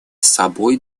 собой